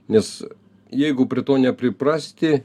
nes jeigu prie to nepriprasti